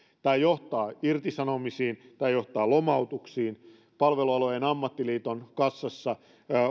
tämä johtaa irtisanomisiin tämä johtaa lomautuksiin palvelualojen ammattiliiton kassassa